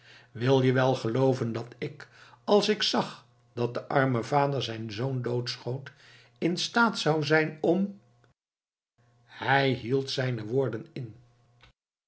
wil je wel gelooven dat ik als ik zag dat de arme vader zijn zoon doodschoot instaat zou zijn om hij hield zijne woorden in